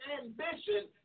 ambition